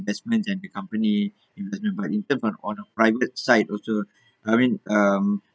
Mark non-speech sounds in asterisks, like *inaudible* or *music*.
investments and the company *breath* investments but in terms on on the private side also *breath* I mean um